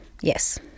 Yes